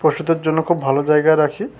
প্রস্তুতের জন্য খুব ভালো জায়গায় রাখি